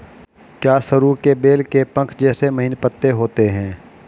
क्या सरु के बेल के पंख जैसे महीन पत्ते होते हैं?